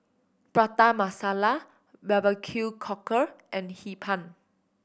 Prata Masala barbecue cockle and Hee Pan